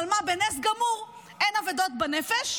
אבל מה, בנס גמור אין אבדות בנפש,